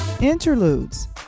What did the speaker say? interludes